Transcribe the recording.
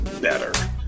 better